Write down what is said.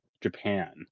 japan